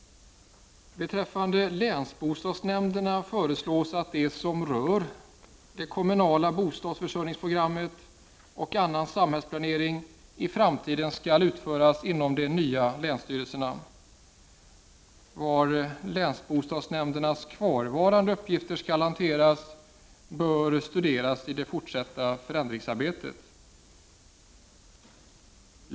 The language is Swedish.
Beträffande länsbostadsnämnderna föreslås att det som rör det kommunala bostadsförsörjningsprogrammet och annan samhällsplanering i framtiden skall utföras inom de nya länsstyrelserna. Var länsbostadsnämndens kvarvarande uppgifter skall hanteras bör studeras i det fortsatta förändringsarbetet.